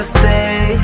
stay